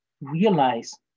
realize